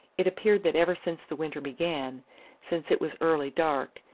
it appeared that ever since the winter began since it was early dark,